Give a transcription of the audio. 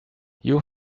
you